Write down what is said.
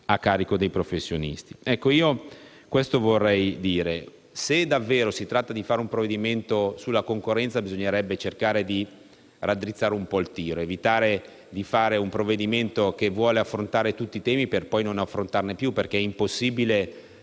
a carico dei professionisti. Io vorrei dire che se davvero avessimo voluto varare un provvedimento sulla concorrenza avremmo dovuto cercare di raddrizzare un po' il tiro, evitando di adottare un provvedimento che vuole affrontare tutti i temi per poi non affrontarne più, perché è impossibile